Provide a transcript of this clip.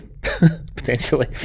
Potentially